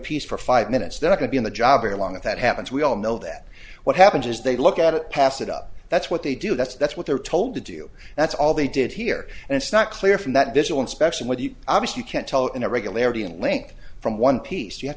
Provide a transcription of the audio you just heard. piece for five minutes then it could be on the job very long if that happens we all know that what happens is they look at it pass it up that's what they do that's that's what they're told to do that's all they did here and it's not clear from that visual inspection with the obvious you can't tell irregularity and link from one piece you have